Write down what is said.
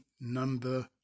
number